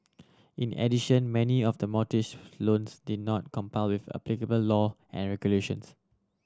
in addition many of the mortgage loans did not comply with applicable law and regulations